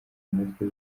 umutwe